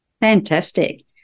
Fantastic